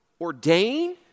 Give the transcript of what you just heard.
ordain